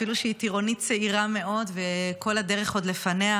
אפילו שהיא טירונית צעירה מאוד וכל הדרך עוד לפניה.